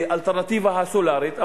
האלטרנטיבה הסולרית,